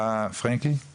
מה שהיה כבר פעם קודמת,